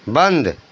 बन्द